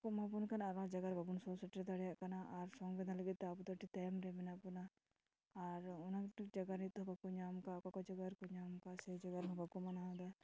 ᱵᱟᱠᱚ ᱮᱢᱟᱵᱚᱱ ᱠᱟᱱᱟ ᱟᱨᱚ ᱡᱟᱭᱜᱟᱨᱮ ᱵᱟᱵᱚᱱ ᱥᱩᱨ ᱥᱮᱴᱮᱨ ᱫᱟᱲᱮᱭᱟᱜ ᱠᱟᱱᱟ ᱟᱨ ᱥᱚᱝᱵᱤᱫᱷᱟᱱ ᱞᱟᱹᱜᱤᱫᱼᱛᱮ ᱟᱵᱚᱫᱚ ᱟᱹᱰᱤ ᱛᱟᱭᱚᱢ ᱨᱮ ᱢᱮᱱᱟᱜ ᱵᱚᱱᱟ ᱟᱨ ᱚᱱᱟ ᱠᱤᱪᱷᱩ ᱡᱟᱭᱜᱟ ᱨᱮᱦᱚᱸ ᱵᱟᱠᱚ ᱧᱟᱢ ᱟᱠᱟᱫᱟ ᱚᱠᱟ ᱠᱚ ᱡᱟᱭᱜᱟ ᱨᱮᱠᱚ ᱧᱟᱢ ᱟᱠᱟᱫ ᱥᱮ ᱡᱟᱭᱜᱟ ᱨᱮᱦᱚᱸ ᱵᱟᱠᱚ ᱢᱟᱱᱟᱣ ᱮᱫᱟ